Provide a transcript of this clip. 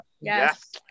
Yes